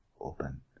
open